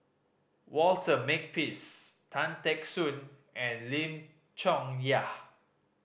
Walter Makepeace Tan Teck Soon and Lim Chong Yah